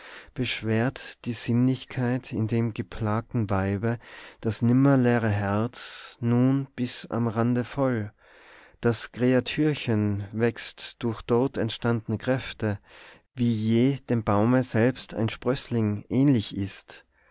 beschwert die sinnlichkeit in dem geplagten weibe das nimmer leere herz nun bis am rande voll das kreatürchen wächst durch dort entstandne kräfte wie je dem baume selbst ein sprössling ähnlich ist